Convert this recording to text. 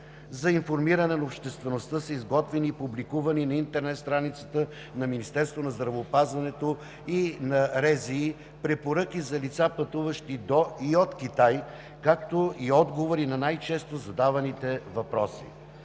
За информиране на обществеността са изготвени и публикувани на интернет страницата на Министерството на здравеопазването и на РЗИ препоръки за лица, пътуващи до и от Китай, както и отговори на най-често задаваните въпроси.